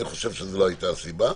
אני חושב שזאת לא הייתה הסיבה.